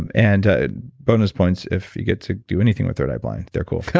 and and ah bonus points if you get to do anything with third eye blind. they're cool yeah